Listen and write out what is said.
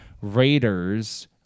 Raiders